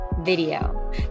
video